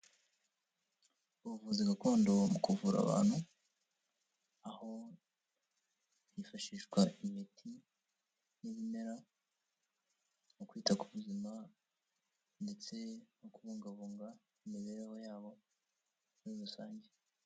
Ubuvuzi gakondo mu kuvura abantu, aho hifashishwa imiti n'ibimera mu kwita ku buzima ndetse no kubungabunga imibereho yabo muri rusange.